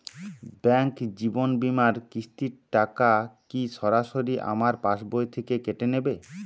Bank জীবন বিমার কিস্তির টাকা কি সরাসরি আমার পাশ বই থেকে কেটে নিবে?